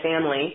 family